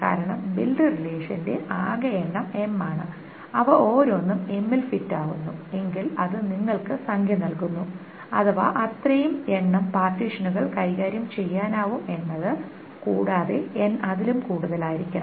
കാരണം ബിൽഡ് റിലേഷന്റെ ആകെ എണ്ണം M ആണ് അവ ഓരോന്നും M ൽ ഫിറ്റ് ആവുന്നു എങ്കിൽ അത് നിങ്ങൾക്ക് സംഖ്യ നൽകുന്നു അഥവാ അത്രയും എണ്ണം പാർട്ടീഷനുകൾ കൈകാര്യം ചെയ്യാനാവും എന്നത് കൂടാതെ n അതിലും കൂടുതലായിരിക്കണം